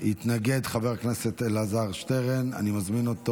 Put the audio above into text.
התנגד חבר הכנסת אלעזר שטרן, אני מזמין אותו.